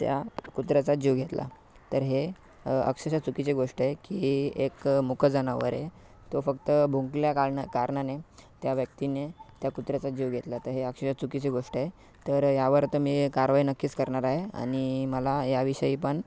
त्या कुत्र्याचा जीव घेतला तर हे अक्षरश चुकीची गोष्ट आहे की एक मुकं जनावर आहे तो फक्त भुंकला कारणा कारणाने त्या व्यक्तीने त्या कुत्र्याचा जीव घेतला तर हे अक्षरशः चुकीची गोष्ट आहे तर यावर तर मी कारवाई नक्कीच करणार आहे आहे आणि मला या विषयी पण